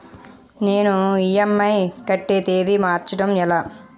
నేను ఇ.ఎం.ఐ కట్టే తేదీ మార్చడం ఎలా?